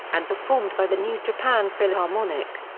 and performed by the new japan philharmonic.